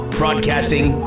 broadcasting